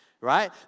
right